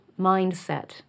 mindset